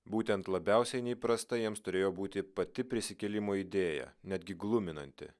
būtent labiausiai neįprasta jiems turėjo būti pati prisikėlimo idėja netgi gluminanti